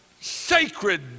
sacred